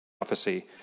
prophecy